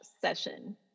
session